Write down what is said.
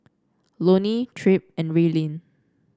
Loney Tripp and Raelynn